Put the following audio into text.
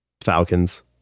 Falcons